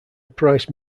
price